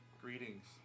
Greetings